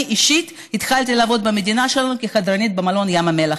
אני אישית התחלתי לעבוד במדינה שלנו כחדרנית במלון ים המלח,